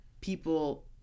people